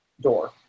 door